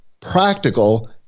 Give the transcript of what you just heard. practical